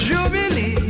Jubilee